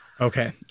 okay